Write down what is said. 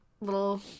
little